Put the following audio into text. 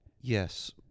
Yes